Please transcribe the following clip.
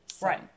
Right